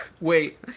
wait